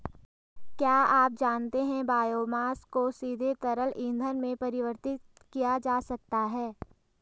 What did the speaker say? क्या आप जानते है बायोमास को सीधे तरल ईंधन में परिवर्तित किया जा सकता है?